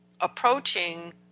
approaching